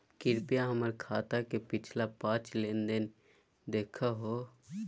कृपया हमर खाता के पिछला पांच लेनदेन देखाहो